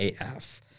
AF